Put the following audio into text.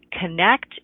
connect